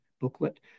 booklet